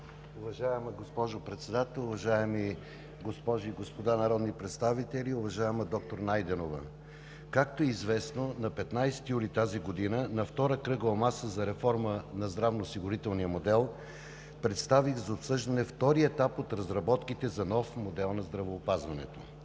Уважаема госпожо Председател, уважаеми госпожи и господа народни представители! Уважаема доктор Найденова, както е известно на 15 юли тази година на втора кръгла маса за реформа на здравноосигурителния модел представих за обсъждане втория етап от разработките за нов модел на здравеопазването